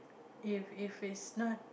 if if if is not